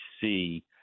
see